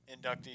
inductees